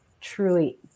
truly